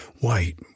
white